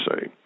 say